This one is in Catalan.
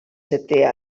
setè